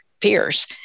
peers